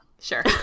Sure